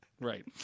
Right